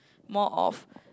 more of